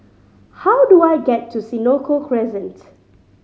how do I get to Senoko Crescent